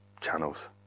channels